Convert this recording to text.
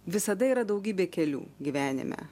visada yra daugybė kelių gyvenime